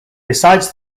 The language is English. besides